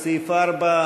לסעיף 4,